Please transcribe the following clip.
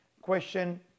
question